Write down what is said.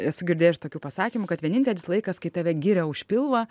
esu girdėjus iš tokių pasakymų kad vienintelis laikas kai tave giria už pilvą